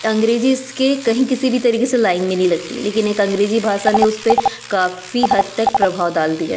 अंग्रेजी इसके कहीं किसी भी तरीके से लाइन में नहीं लगती लेकिन एक अंग्रेजी भाषा ने उस पे काफ़ी हद तक प्रभाव डाल दिया है